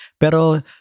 Pero